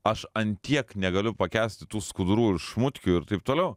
aš an tiek negaliu pakęsti tų skudurų ir šmutkių ir taip toliau